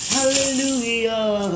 Hallelujah